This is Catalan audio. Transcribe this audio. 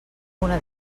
una